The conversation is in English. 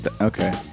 Okay